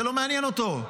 זה לא מעניין אותו.